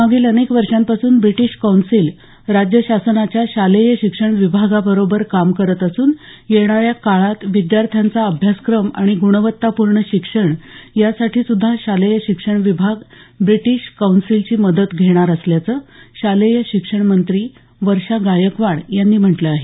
मागील अनेक वर्षांपासून ब्रिटीश कौन्सिल राज्यशासनाच्या शालेय शिक्षण विभागाबरोबर काम करत असून येणाऱ्या काळात विद्यार्थ्यांचा अभ्यासक्रम आणि ग्णवत्तापूर्ण शिक्षण यासाठीसुध्दा शालेय शिक्षण विभाग ब्रिटीश कौन्सिलची मदत घेणार असल्याचं शालेय शिक्षण मंत्री वर्षा गायकवाड यांनी म्हटलं आहे